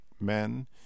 men